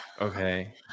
Okay